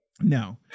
No